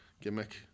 gimmick